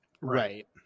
Right